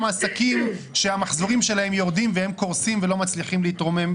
עסקים שהמחזורים שלהם יורדים והם קורסים ולא מצליחים להתרומם,